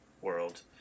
world